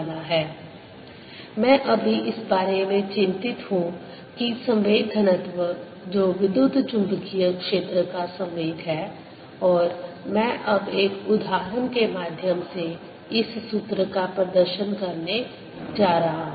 Momentum densitySc21c210EB1c200 Momentum density0 Momentum flowc×momentum density1cS1c10EB मैं अभी इस बारे में चिंतित हूं कि संवेग घनत्व जो विद्युत चुम्बकीय क्षेत्र का संवेग है और मैं अब एक उदाहरण के माध्यम से इस सूत्र का प्रदर्शन करने जा रहा हूं